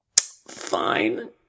Fine